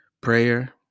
prayer